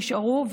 נשארו,